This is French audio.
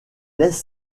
laisse